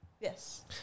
Yes